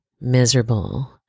miserable